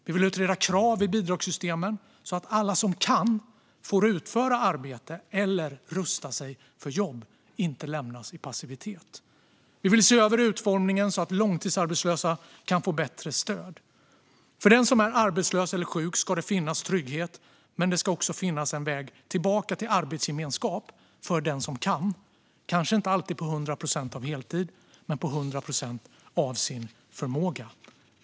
Vi vill utreda krav i bidragssystemen så att alla som kan får utföra arbete eller rusta sig för jobb och inte lämnas i passivitet. Vi vill se över utformningen så att långtidsarbetslösa kan få bättre stöd. För den som är arbetslös eller sjuk ska det finnas trygghet, men det ska också finnas en väg tillbaka till arbetsgemenskap för den som kan. Det kanske inte alltid sker till 100 procent av en heltid men till 100 procent av förmågan.